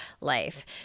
life